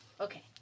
Okay